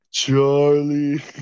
Charlie